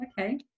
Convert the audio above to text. Okay